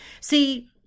see